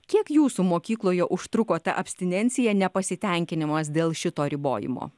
kiek jūsų mokykloje užtruko ta abstinencija nepasitenkinimas dėl šito ribojimo